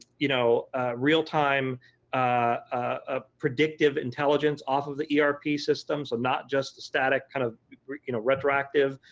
you know real time ah predictive intelligence off of the erp systems and not just static kind of you know retroactive.